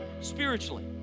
spiritually